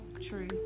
true